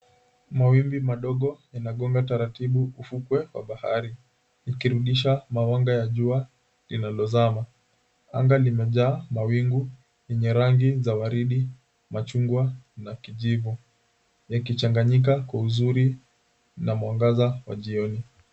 Mawimbi madogo yanagonga taratibu ufukwe wa bahari ikirudisha mawanga ya jua linalozama. Anga limejaa mawingu yenye rangi za waridi, machungwa na kijivu, yakichanganyika kwa uzuri na mwangaza wa jioni.